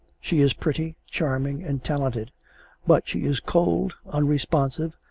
she is pretty, charming, and talented but she is cold, unresponsive,